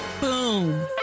Boom